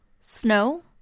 Snow